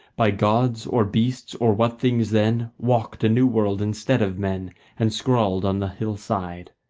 by gods or beasts or what things then walked a new world instead of men and scrawled on the hill-side.